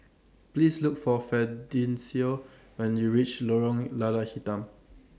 Please Look For Fidencio when YOU REACH Lorong Lada Hitam